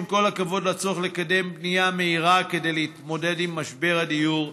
עם כל הכבוד לצורך לקדם בנייה מהירה כדי להתמודד עם משבר הדיור,